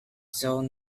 zoe